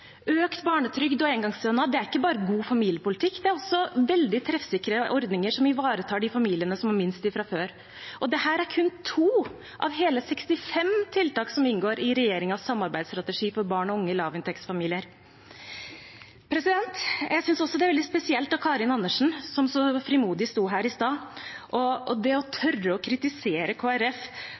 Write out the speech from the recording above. Økt barnetrygd og engangsstønad er ikke bare god familiepolitikk, det er også veldig treffsikre ordninger som ivaretar de familiene som har minst fra før. Og dette er kun 2 av hele 65 tiltak som inngår i regjeringens samarbeidsstrategi for barn og unge i lavinntektsfamilier. Jeg synes også det er veldig spesielt av Karin Andersen, som så frimodig sto her i stad, å tørre å kritisere